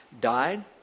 died